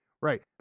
Right